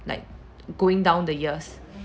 like going down the years